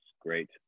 Great